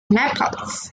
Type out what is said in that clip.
naples